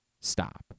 stop